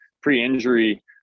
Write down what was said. pre-injury